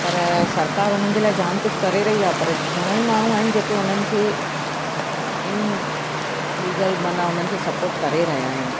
पर सरकार उन्हनि जे लाइ जामु कुझु करे रही आहे पर घणा ई माण्हू आहिनि जेके उन्हनि खे इनलिगल माना उन्हनि खे सपोर्ट करे रहिया आहिनि